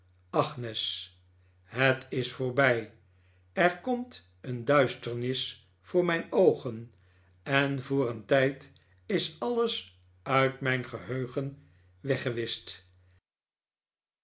het is voorbij er komt een duisternis voor mijn oogen en voor een tijd is alles uit mijn geheugen